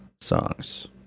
songs